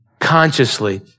Consciously